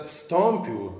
Wstąpił